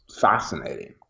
fascinating